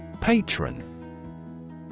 Patron